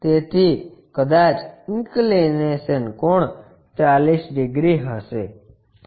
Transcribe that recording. તેથી કદાચ ઈન્કલીનેશન કોણ 40 ડિગ્રી હશે